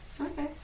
Okay